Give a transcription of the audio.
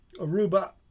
Aruba